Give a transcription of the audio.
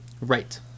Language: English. Right